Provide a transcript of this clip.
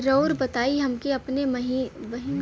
राउर बताई हमके अपने बहिन के पैसा भेजे के बा?